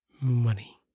Money